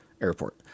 Airport